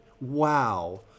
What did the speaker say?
Wow